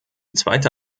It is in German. zweite